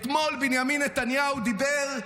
אתמול בנימין נתניהו דיבר,